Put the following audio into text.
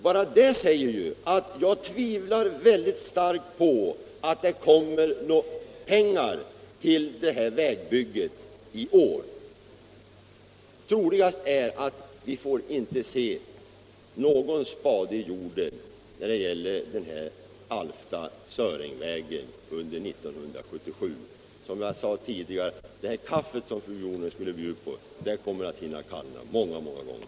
Bara av den anledningen tvivlar jag starkt på att det kommer några pengar till detta vägbygge i år. Troligast är att vi inte får se någon spade på Alfta Sörängsvägen under 1977. Som jag sade tidigare: Det kaffe fru Jonäng skulle bjuda på kommer att hinna kallna många gånger.